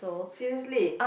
seriously